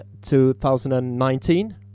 2019